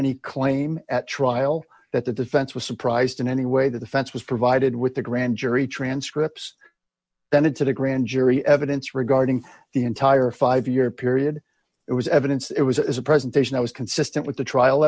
any claim at trial that the defense was surprised in any way the fence was provided with the grand jury transcripts then it's a grand jury evidence regarding the entire five year period it was evidence it was a presentation i was consistent with the trial